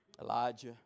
Elijah